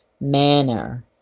manner